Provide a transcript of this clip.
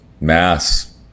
Mass